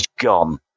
gone